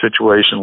situation